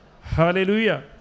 Hallelujah